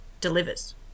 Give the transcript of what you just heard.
delivers